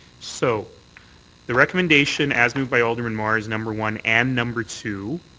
so the recommendation as moved by alderman mar is number one and number two.